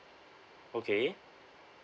okay